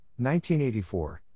1984